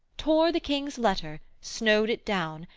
tore the king's letter, snowed it down,